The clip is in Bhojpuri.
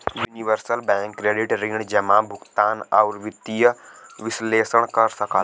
यूनिवर्सल बैंक क्रेडिट ऋण जमा, भुगतान, आउर वित्तीय विश्लेषण कर सकला